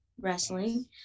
wrestling